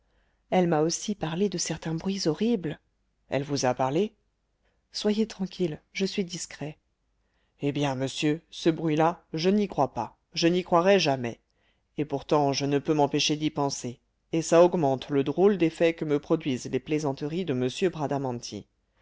elle m'a aussi parlé de certains bruits horribles elle vous a parlé soyez tranquille je suis discret eh bien monsieur ce bruit-là je n'y crois pas je n'y croirai jamais et pourtant je ne peux m'empêcher d'y penser et ça augmente le drôle d'effet que me produisent les plaisanteries de m bradamanti